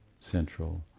central